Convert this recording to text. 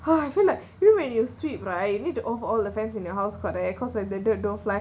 I feel like you know when you sweep right you need to off all the fans in your house correct cause like the dirt don't fly